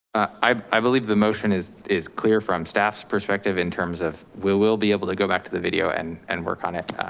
i believe the motion is is clear from staff's perspective in terms of, we will be able to go back to the video and and work on it.